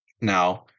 Now